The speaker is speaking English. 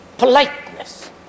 politeness